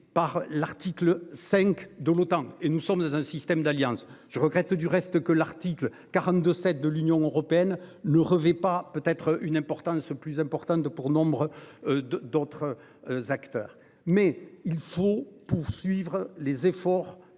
par l'article 5 de l'OTAN et nous sommes dans un système d'alliances je regrette du reste que l'article 42 7 de l'Union européenne ne revêt pas peut être une importance plus importante de pour nombre de d'autres. Acteurs mais il faut poursuivre les efforts